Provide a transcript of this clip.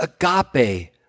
agape